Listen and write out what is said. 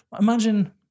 imagine